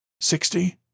Sixty